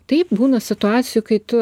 taip būna situacijų kai tu